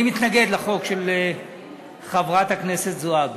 אני מתנגד לחוק של חברת הכנסת זועבי,